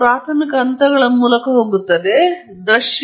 data ಗುಣಮಟ್ಟ ಕೆಟ್ಟದ್ದಾಗಿದ್ದರೆ ನೀವು ಹೆಚ್ಚು ಮಾಡಲು ಸಾಧ್ಯವಿಲ್ಲ